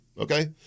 Okay